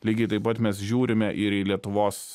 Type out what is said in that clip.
lygiai taip pat mes žiūrime ir į lietuvos